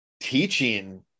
teaching